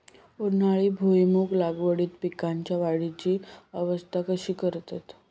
उन्हाळी भुईमूग लागवडीत पीकांच्या वाढीची अवस्था कशी करतत?